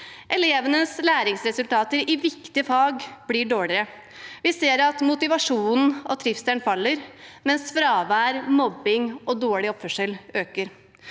Elevenes læringsresultater i viktige fag blir dårligere. Vi ser at motivasjonen og trivselen faller, mens fravær, mobbing og dårlig oppførsel øker.